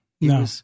No